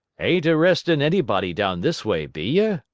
ain't arrestin' anybody down this way, be ye?